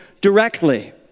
directly